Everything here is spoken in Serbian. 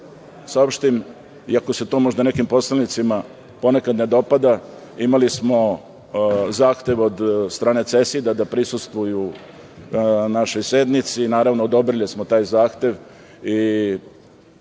saopštim i ako se to nekim poslanicima ponekad ne dopada imali smo zahtev od strane CESID-a da prisustvuju našoj sednici i naravno odobrili smo taj zahtev